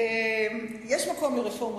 יש מקום לרפורמות,